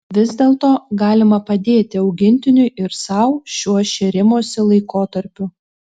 vis dėlto galima padėti augintiniui ir sau šiuo šėrimosi laikotarpiu